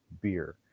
beer